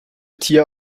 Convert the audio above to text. tier